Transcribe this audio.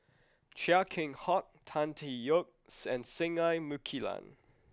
Chia Keng Hock Tan Tee Yoke and Singai Mukilan